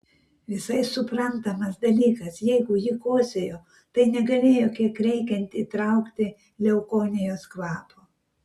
visai suprantamas dalykas jeigu ji kosėjo tai negalėjo kiek reikiant įtraukti leukonijos kvapo